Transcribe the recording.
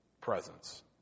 presence